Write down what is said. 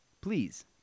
Please